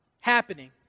happening